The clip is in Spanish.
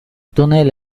túnel